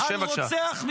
שב, בבקשה.